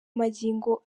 magingo